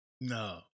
No